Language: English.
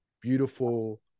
beautiful